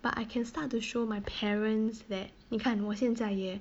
but I can start to show my parents that 你看我现在也